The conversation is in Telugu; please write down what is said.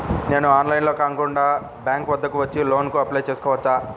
నేను ఆన్లైన్లో కాకుండా బ్యాంక్ వద్దకు వచ్చి లోన్ కు అప్లై చేసుకోవచ్చా?